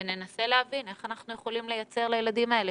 וננסה להבין איך אנחנו יכולים לייצר לילדים האלה